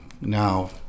Now